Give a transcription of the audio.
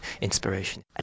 inspiration